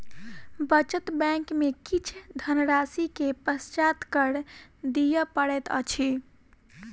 बचत बैंक में किछ धनराशि के पश्चात कर दिअ पड़ैत अछि